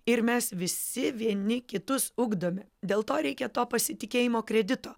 ir mes visi vieni kitus ugdome dėl to reikia to pasitikėjimo kredito